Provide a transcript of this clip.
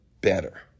better